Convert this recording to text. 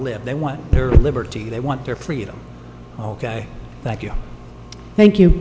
live they want their liberty they want their freedom ok thank you thank you